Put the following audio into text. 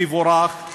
תבורך,